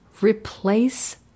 replace